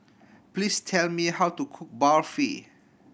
please tell me how to cook Barfi